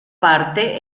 parte